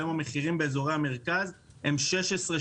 היום המחירים באזורי המרכז הם 16,000